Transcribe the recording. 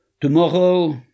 Tomorrow